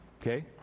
Okay